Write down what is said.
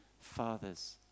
fathers